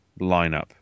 lineup